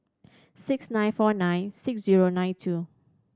six nine four nine six zero nine two